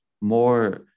more